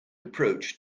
approach